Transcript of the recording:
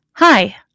Hi